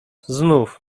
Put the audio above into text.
znów